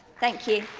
thank you.